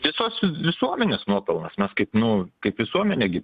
visos visuomenės nuopelnas mes kaip nu kaip visuomenė gi